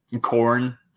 corn